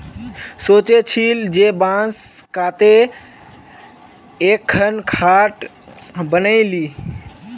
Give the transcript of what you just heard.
सोचे छिल जे बांस काते एकखन खाट बनइ ली